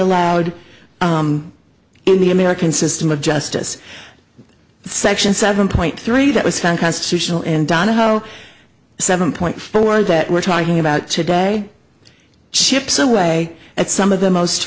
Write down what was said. allowed in the american system of justice section seven point three that was found constitutional and donahoe seven point four that we're talking about today chips away at some of the most